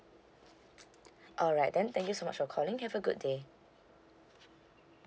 alright then thank you so much for calling have a good day